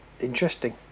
Interesting